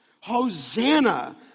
Hosanna